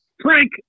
Frank